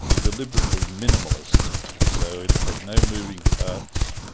deliberately minimalist, so it had no moving parts,